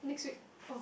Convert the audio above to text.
next week oh